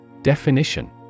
Definition